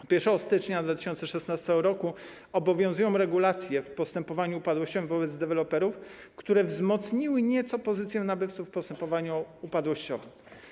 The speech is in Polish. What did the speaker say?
Od 1 stycznia 2016 r. obowiązują regulacje w postępowaniu upadłościowym wobec deweloperów, które wzmocniły nieco pozycję nabywców w postępowaniu upadłościowym.